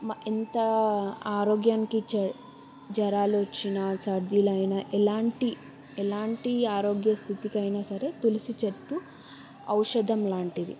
మా ఎంత ఆరోగ్యానికి చెడ్ జ్వరాలు వచ్చిన సర్దిలు అయిన ఎలాంటి ఎలాంటి ఆరోగ్య స్థితికి అయిన సరే తులసి చెట్టు ఔషధం లాంటిది